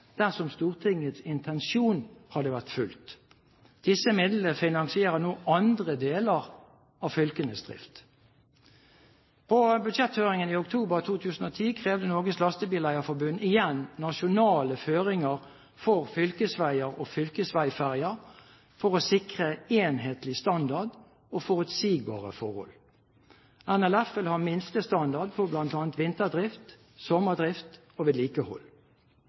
dersom Stortingets intensjon hadde vært fulgt. Disse midlene finansierer nå andre deler av fylkenes drift. Under budsjetthøringen i oktober 2010 krevde Norges Lastebileierforbund igjen nasjonale føringer for fylkesveier og fylkesveiferjer for å sikre enhetlig standard og forutsigbare forhold. NLF vil ha minstestandard på bl.a. vinterdrift, sommerdrift og vedlikehold.